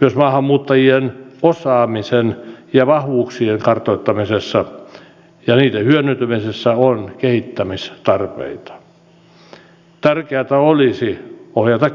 jos maahanmuuttajien osaamisen ja vahvuuksien kartoittamisessa ja niiden hyödyntämisessä on kehittämistarpeita tärkeätä olisi ohjata